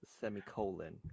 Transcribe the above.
semicolon